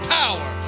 power